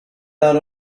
out